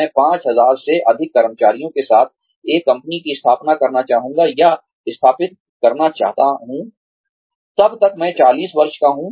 मैं 5000 से अधिक कर्मचारियों के साथ एक कंपनी की स्थापना करना चाहता हूं या स्थापित करना चाहता हूं तब तक मैं 40 वर्ष का हूं